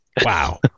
Wow